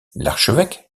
l’archevêque